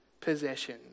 possession